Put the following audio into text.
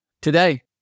Today